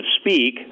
speak